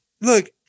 look